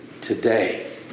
today